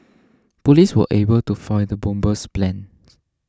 police were able to foil the bomber's plans